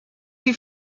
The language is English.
you